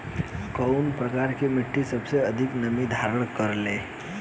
कउन प्रकार के मिट्टी सबसे अधिक नमी धारण करे ले?